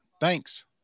Thanks